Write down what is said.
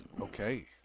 Okay